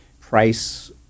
price